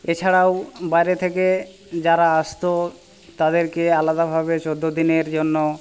এছাড়াও বাইরে থেকে যারা আসতো তাদেরকে আলাদাভাবে চোদ্দো দিনের জন্য